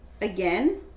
again